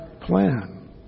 plan